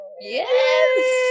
Yes